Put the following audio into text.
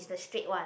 the straight one